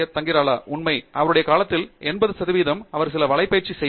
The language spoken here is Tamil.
பேராசிரியர் ஆண்ட்ரூ தங்கராஜ் அவருடைய காலத்தில் 80 சதவிகிதம் அவர் சில வலைப்பயிற்சி செய்தார்